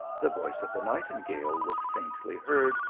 the voice of the nightingale was faintly heard,